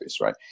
right